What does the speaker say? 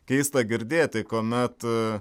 keista girdėti kuomet